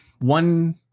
One